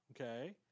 Okay